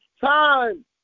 time